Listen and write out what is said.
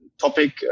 topic